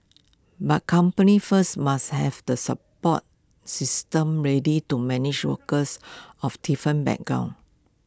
but companies first must have the support systems ready to manage workers of different backgrounds